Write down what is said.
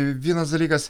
vienas dalykas